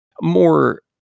more